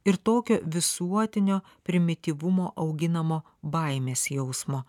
ir tokio visuotinio primityvumo auginamo baimės jausmo